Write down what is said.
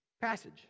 passage